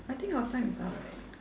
I think our time is up right